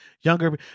younger